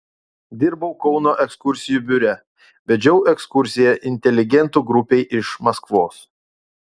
dirbau kauno ekskursijų biure vedžiau ekskursiją inteligentų grupei iš maskvos